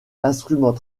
instrument